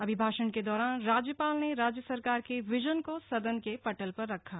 अभिभाषण के दौरान राज्यपाल ने राज्य सरकार के विजन को सदन के पटल पर रखा